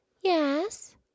Yes